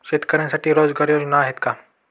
शेतकऱ्यांसाठी रोजगार योजना आहेत का?